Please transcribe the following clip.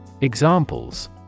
Examples